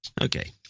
Okay